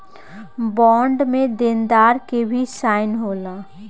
bond में देनदार के भी साइन होला